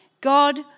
God